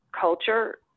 culture